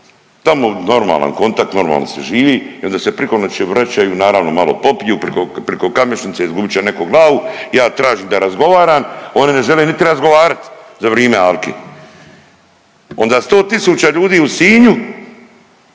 tamo normalan kontakt, normalno se živi i onda se priko noći vraćaju, naravno malo popiju priko Kamešnice izgubit će neko glavu, ja tražim da razgovaram, oni ne žele niti razgovarat za vrime Alke. Onda sto tisuća ljudi u Sinju